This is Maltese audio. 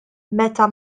meta